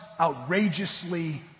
outrageously